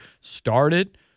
started